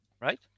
right